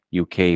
UK